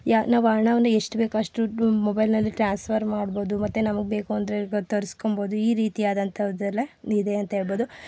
ಯಾ ನಾವು ಹಣವನ್ನು ಎಷ್ಟು ಬೇಕೋ ಅಷ್ಟು ದುಡ್ಡು ಮೊಬೈಲ್ನಲ್ಲಿ ಟ್ರಾನ್ಸ್ಫರ್ ಮಾಡ್ಬೋದು ಮತ್ತೆ ನಮಗೆ ಬೇಕು ಅಂದರೆ ತರಿಸ್ಕೋಬೋದು ಈ ರೀತಿ ಆದಂಥದ್ದು ಎಲ್ಲ ಇದೆ ಅಂತ ಹೇಳ್ಬೋದು